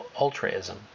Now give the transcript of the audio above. ultraism